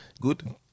good